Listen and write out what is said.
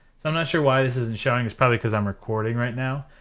so i'm not sure why this isn't showing this probably because i'm recording right now,